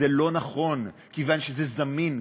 זה לא נכון, כיוון שזה זמין.